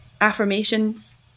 affirmations